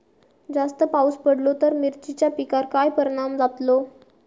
जास्त पाऊस पडलो तर मिरचीच्या पिकार काय परणाम जतालो?